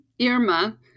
Irma